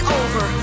over